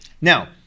Now